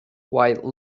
while